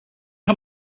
you